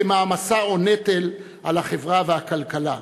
כמעמסה או נטל על החברה והכלכלה.